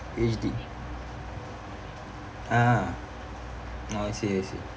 H_D ah oh I see I see